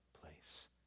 place